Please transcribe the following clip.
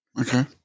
Okay